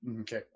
okay